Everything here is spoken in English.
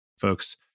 folks